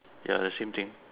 ya the same thing